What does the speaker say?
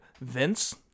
Vince